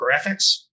Graphics